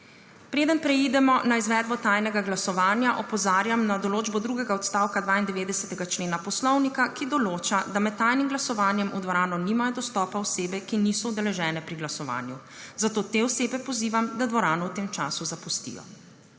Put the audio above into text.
Preden preidemo na izvedbo tajnega glasovanja opozarjam na določbo drugega odstavka 92. člena Poslovnika, ki določa, da med tajnim glasovanjem v dvorano nimajo dostopa osebe, ki niso udeležene pri glasovanju, zato te osebe pozivam, da dvorano v tem času zapustijo.